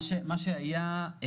מה ששונה,